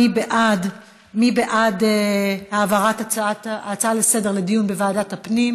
מי בעד העברת ההצעה לסדר-היום לדיון